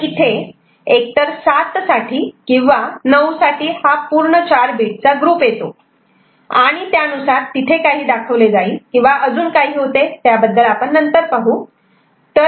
तर इथे एकतर 7 साठी किंवा 9 साठी हा पूर्ण चार बीटचा ग्रुप येतो आणि त्यानुसार तिथे काही दाखवले जाईल किंवा अजून काही होते त्याबद्दल आपण नंतर चर्चा करू